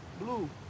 Blue